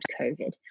covid